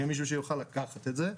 יהיה מישהו שיוכל לקחת את זה,